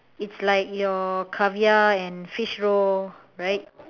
it's like your caviar and fish roe right